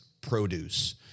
produce